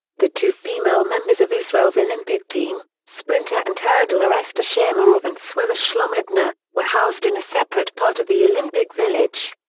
the two female members of israel's olympic team, sprinter and hurdler esther shahamorov and swimmer shlomit nir, were housed in a separate part of the olympic village.